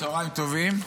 צוהריים טובים.